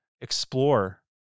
explore